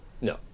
No